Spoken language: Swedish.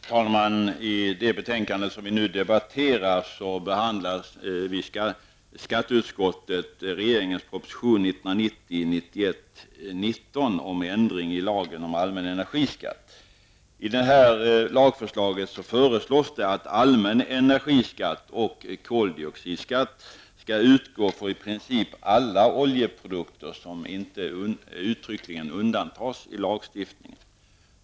Herr talman! I det betänkande som vi nu debatterar behandlar skatteutskottet regeringens proposition 1990/91:19 om ändring i lagen om allmän energiskatt. I lagförslaget sägs att allmän energiskatt och koldioxidskatt skall utgå på i princip alla oljeprodukter som inte uttryckligen undantas i lagstiftningen.